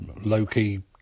low-key